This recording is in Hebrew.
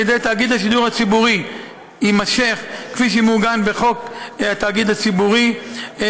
על ידי תאגיד השידור הציבורי יימשך כפי שמעוגן בחוק התאגיד הציבורי,